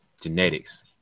genetics